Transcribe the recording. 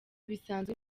bisanzwe